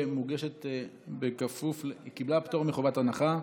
היא קיבלה פטור מחובת הנחה.